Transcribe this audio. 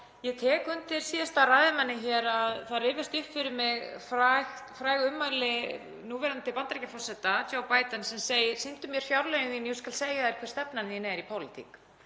Ég tek undir með síðasta ræðumanni, það rifjast upp fyrir mér fræg ummæli núverandi Bandaríkjaforseta, Joe Biden, sem segir: Sýndu mér fjárlögin þín. Ég skal segja þér hver stefnan þín er í pólitík.